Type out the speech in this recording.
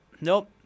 nope